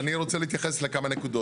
אז אני רוצה להתייחס לכמה נקודות.